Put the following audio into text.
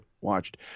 watched